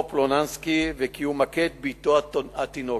פולונסקי וכי הוא מכה את בתו התינוקת.